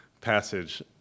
passage